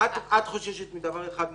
את חוששת מדבר אחד מוצדק,